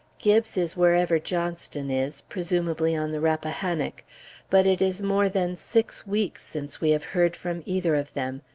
gibbes is wherever johnston is, presumably on the rappahannock but it is more than six weeks since we have heard from either of them,